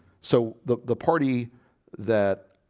so the the party that